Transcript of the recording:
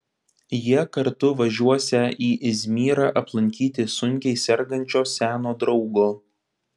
jie kartu važiuosią į izmyrą aplankyti sunkiai sergančio seno draugo